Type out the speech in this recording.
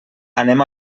anem